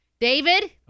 David